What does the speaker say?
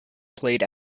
played